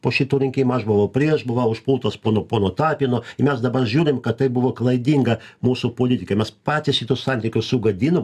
po šitų rinkimų aš buvau prieš buvau užpultas pono pono tapino i mes dabar žiūrim kad tai buvo klaidinga mūsų politikai mes patys šituos santykius sugadinom